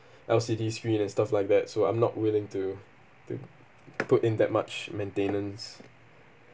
L_C_D screen and stuff like that so I'm not willing to to put in that much maintenance